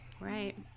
right